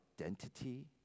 identity